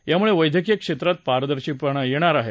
यामुळे वैद्यकीय क्षेत्रात पारदर्शिपणा येणार आहे